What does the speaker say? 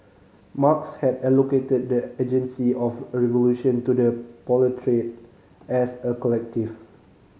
Marx had allocated the agency of revolution to the proletariat as a collective